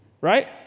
right